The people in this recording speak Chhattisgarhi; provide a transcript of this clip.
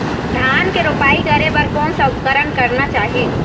धान के रोपाई करे बर कोन सा उपकरण करना चाही?